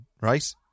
right